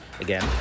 again